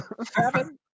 Seven